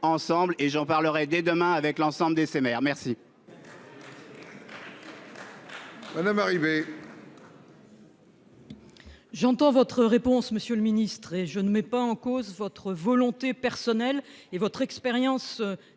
effet, et j'en parlerai dès demain avec l'ensemble de ces maires !